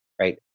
right